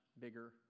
bigger